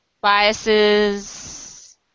biases